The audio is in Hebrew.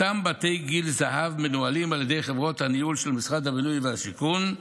אותם בתי גיל הזהב מנוהלים על ידי חברות הניהול של משרד הבינוי והשיכון,